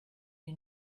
you